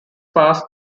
past